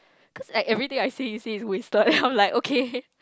cause like everything I say you say is wasted I'm like okay